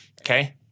Okay